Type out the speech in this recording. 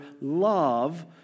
love